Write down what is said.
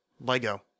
Lego